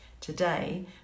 Today